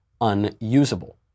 unusable